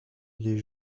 les